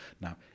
Now